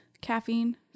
caffeine